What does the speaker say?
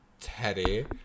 Teddy